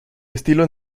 estilo